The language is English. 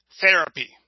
therapy